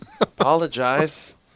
Apologize